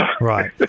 Right